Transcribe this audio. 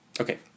Okay